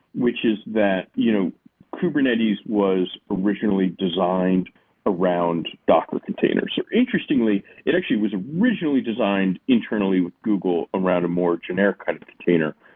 which is that you know kubernetes was originally designed around docker containers. interestingly, it actually was originally designed internally with google around a more generic kind of container,